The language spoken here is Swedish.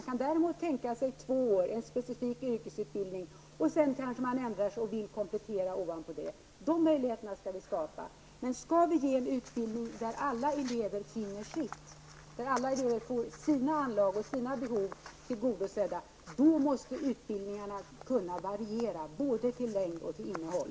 De kan däremot tänka sig en tvåårig linje och en specifik yrkesutbildning. Sedan kanske de ändrar sig och vill komplettera. Sådana möjligheter skall vi skapa. Skall vi kunna skapa en utbildning där alla elever får sina anlag och behov tillgodosedda måste utbildningarna kunna variera både till längd och innehåll.